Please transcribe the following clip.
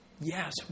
yes